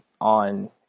on